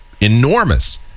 enormous